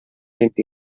vint